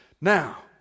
Now